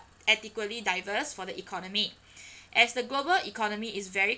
adequately diverse for the economy as the global economy is very